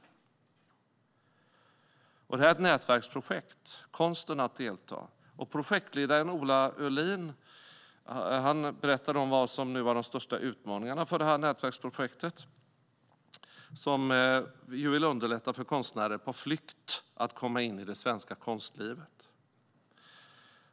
Konsten att delta är ett nätverksprojekt. Projektledaren Ola Öhlin berättade om de största utmaningarna för detta nätverksprojekt, som vill underlätta för konstnärer på flykt att komma in i det svenska konstlivet.